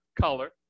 color